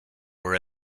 were